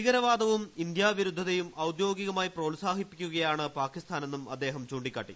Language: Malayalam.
ഭീകരവാദവും ഇന്ത്യാ വിരുദ്ധതയും ഔദ്യോഗികമായി പ്രോത്സാഹിപ്പിക്കുകയാണ് പാക്കിസ്ഥാനെന്നും അദ്ദേഹം ചൂണ്ടിക്കാട്ടി